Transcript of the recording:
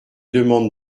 demande